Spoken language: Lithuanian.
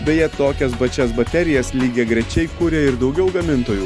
beje tokias pačias baterijas lygiagrečiai kuria ir daugiau gamintojų